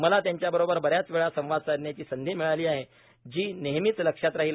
मला त्यांच्याबरोबर बऱ्याच वेळा संवाद साधण्याची संधी मिळाली आहे जी नेहमीच लक्षात राहील